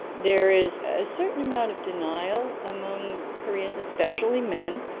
there is a certain amount of denial among koreans, especially men,